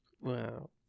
Wow